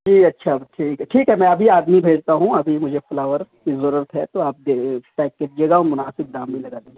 جی اچھا ٹھیک ہے ٹھیک ہے میں ابھی آدمی بھیجتا ہوں ابھی مجھے فلاور کی ضرورت ہے تو آپ پیک کیجیے گا مناسب دام بھی لگا دیجیے